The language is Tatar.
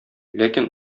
ләкин